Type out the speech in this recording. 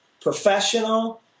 professional